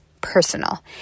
personal